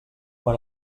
quan